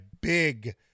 big